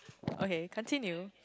okay continue